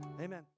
Amen